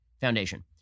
Foundation